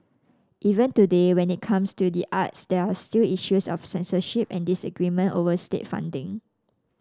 even today when it comes to the arts there are still issues of censorship and disagreement over state funding